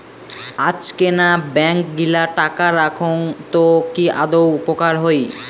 আজকেনা ব্যাঙ্ক গিলা টাকা রাখঙ তো কি আদৌ উপকার হই?